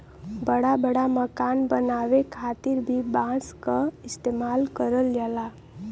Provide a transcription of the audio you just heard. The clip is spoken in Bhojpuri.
बड़ा बड़ा मकान बनावे खातिर भी बांस क इस्तेमाल करल जाला